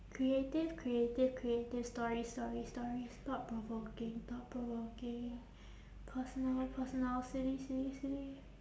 creative creative creative stories stories stories thought provoking thought provoking personal personal silly silly silly